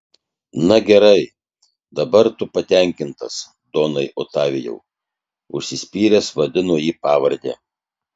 na gerai dabar tu patenkintas donai otavijau užsispyręs vadino jį pavarde